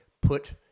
put